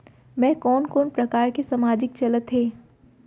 मैं कोन कोन प्रकार के सामाजिक चलत हे?